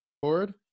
Forward